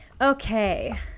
Okay